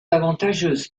avantageuse